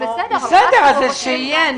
שיהיה.